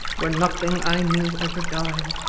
where nothing i knew ever died.